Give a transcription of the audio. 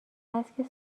هست